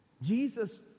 Jesus